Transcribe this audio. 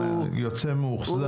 יוצא מאוכזב.